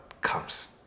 comes